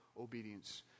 obedience